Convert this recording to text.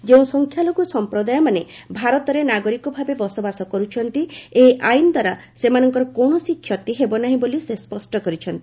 ଯେଉଁ ସଂଖ୍ୟାଲଘୁ ସଂପ୍ରଦାୟମାନେ ଭାରତରେ ନାଗରିକ ଭାବେ ବସବାସ କରୁଛନ୍ତି ଏହି ଆଇନ ଦ୍ୱାରା ସେମାନଙ୍କର କୌଣସି କ୍ଷତି ହେବ ନାହିଁ ବୋଲି ସେ ସ୍ୱଷ୍ଟ କରିଛନ୍ତି